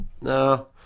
no